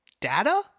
data